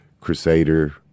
crusader